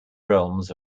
realms